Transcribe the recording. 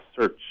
search